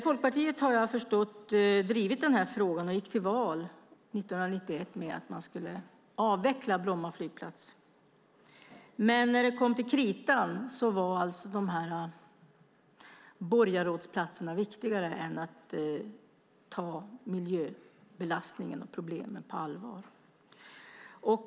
Jag har förstått att Folkpartiet har drivit denna fråga och gick till val 1991 med att man skulle avveckla Bromma flygplats. Men när det kom till kritan var borgarrådsplatserna viktigare än att ta miljöbelastningen och miljöproblemen på allvar.